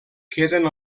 queden